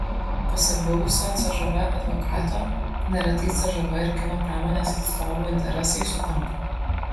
pasak buvusio cžv advokato neretai cžv ir kino pramonės atstovų interesai sutampa